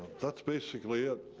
that's basically it.